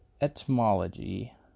etymology